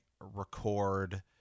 record